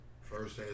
First